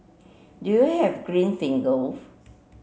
do you have green fingers